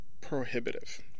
prohibitive